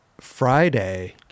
friday